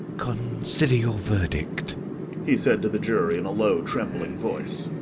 consider your verdict he said to the jury, in a low, trembling voice.